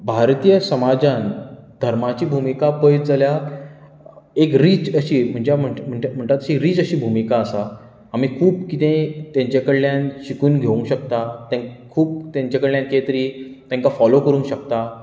भारतीय समाजांत धर्माची भुमिका पळयत जाल्यार एक रीच अशी म्हणजे म्हणटा तशी रीच अशी भुमिका आसा आमी खूब कितेंदें तेंच्या कडल्यान शिकून घेवंक शकतात ते खूब तेंच्या कडल्यान कितें तरी तेंकां फॉलो करूंक शकतात